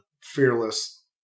fearless